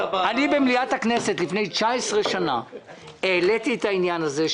במליאת הכנסת לפני 19 שנים אני העליתי את העניין הזה,